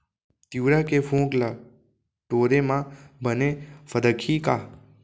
तिंवरा के फोंक ल टोरे म बने फदकही का?